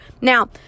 Now